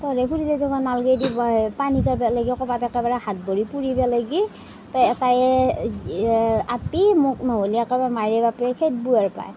নালগে দে পনাী কাঢ়িব লাগি কৰবাত একেবাৰে হাত ভৰি পুৰবে লাগি তই এটায়ে আপী মোক নহ'লে একেবাৰে মাৰে বাপেৰে খেদব আৰু পাই